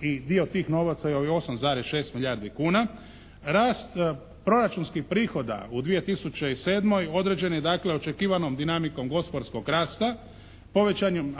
i dio tih novaca i ovih 8,6 milijardi kuna. Rast proračunskih prihoda u 2007. određen je dakle očekivanom dinamikom gospodarskog rasta, povećanjem